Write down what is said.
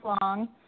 long